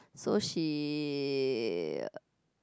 so she